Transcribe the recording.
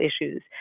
issues